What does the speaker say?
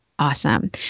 awesome